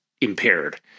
impaired